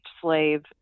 slave